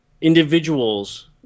Individuals